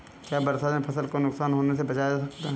क्या बरसात में फसल को नुकसान होने से बचाया जा सकता है?